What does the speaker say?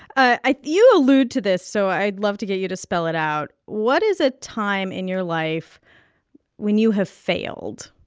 you allude to this, so i'd love to get you to spell it out. what is a time in your life when you have failed?